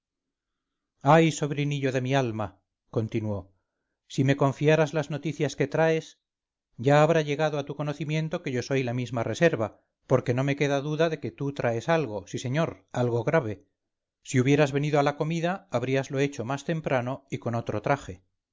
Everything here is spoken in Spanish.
ay sobrinillo de mi alma continuó si me confiaras las noticias que traes ya habrá llegado a tu conocimiento que yo soy la misma reserva porque no me queda duda de que tú traes algo sí señor algo grave si hubieras venido a la comida habríaslo hecho más temprano y con otro traje